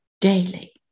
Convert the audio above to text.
daily